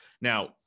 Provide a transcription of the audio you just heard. now